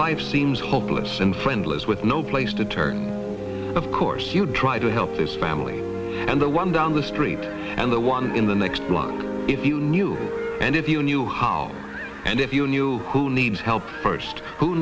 life seems hopeless and friendless with no place to turn of course you try to help this family and the one down the street and the one in the next block if you knew and if you knew how and if you knew who needs help first who